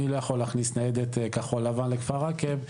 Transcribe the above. לא יכול להכניס ניידת כחול לבן לכפר עקב,